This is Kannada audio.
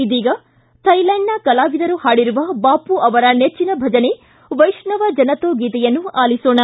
ಇದೀಗ ಥೈಲ್ಯಾಂಡ್ನ ಕಲಾವಿದರು ಪಾಡಿರುವ ಬಾಪೂ ಅವರ ನೆಚ್ಚಿನ ಭಜನೆ ವೈಷ್ಣವ ಜನ ಕೋ ಗೀತೆಯನ್ನು ಆಲಿಸೋಣ